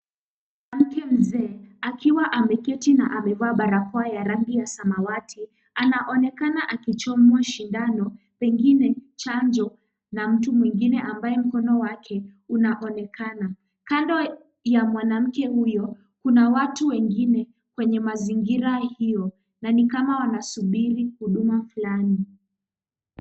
Mwanamke mzee, akiwa ameketi na amevaa barakoa ya rangi ya samawati anaonekana akichomwa sindano, pengine chanjo na mtu mwingine ambaye mkono wake unaonekana. Kando ya mwanamke huyo kuna watu wengine kwenye mazingira hio na ni kama wanasubiri huduma fulani.